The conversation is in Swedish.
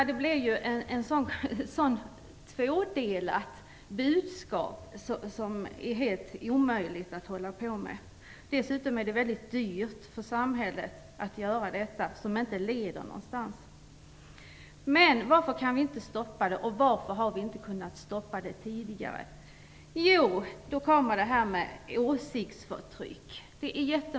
De drabbas av ett kluvet budskap, som är omöjligt att ta till sig. Det blir dessutom mycket dyrt för samhället att genomföra olika aktiviteter som inte leder någonstans. Men varför kan vi inte stoppa våldet, och varför har vi inte kunnat göra det tidigare? Jo, här kommer argumentet om åsiktsförtryck in.